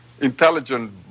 intelligent